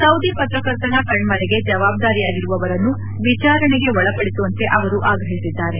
Saudi ಪತ್ರಕರ್ತನ ಕಣ್ಣರೆಗೆ ಜವಾಬ್ದಾರಿಯಾಗಿರುವವರನ್ನು ವಿಚಾರಣೆಗೆ ಒಳಪಡಿಸುವಂತೆ ಅವರು ಆಗ್ರಹಿಸಿದ್ದಾರೆ